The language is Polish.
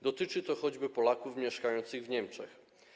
Dotyczy to choćby Polaków mieszkających w Niemczech.